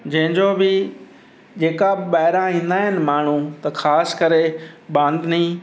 जंहिंजो बि जेका बि ॿाहिरां ईंदा आहिनि माण्हू त ख़ासि करे बांदनी